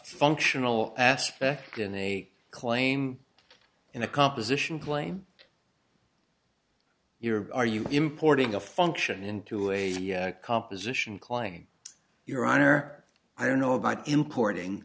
functional aspect in a claim in a composition claim your are you importing a function into a composition calling your honor i don't know about importing